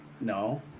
no